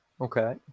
Okay